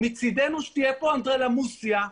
מצידנו שתהיה פה אנדרלמוסיה,